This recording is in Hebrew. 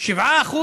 פעם 7%,